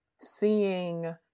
seeing